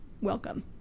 welcome